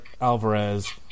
Alvarez